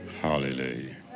Hallelujah